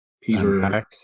Peter